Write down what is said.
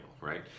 right